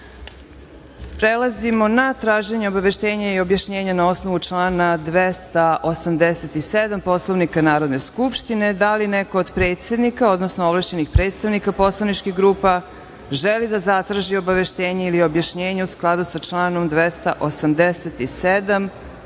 skupštine. Prelazimo na traženje obaveštenja i objašnjenja na osnovu člana 287. Poslovnika Narodne skupštine. Da li neko od predsednika, odnosno ovlašćenih predstavnika poslaničkih grupa želi da zatraži obaveštenje ili objašnjenje u skladu sa članom 287. Poslovnika? Reč